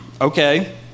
Okay